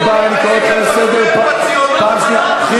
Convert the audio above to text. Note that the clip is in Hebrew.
אני קורא אותך לסדר פעם ראשונה.